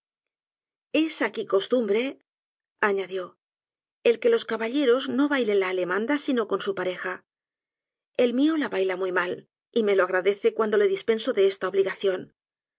es aqui costumbre añadió el que los caballeros no bailen la alemanda sino con su pareja el mío la baila muy mal y me lo agradece cuando le dispenso de esta obligación